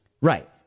Right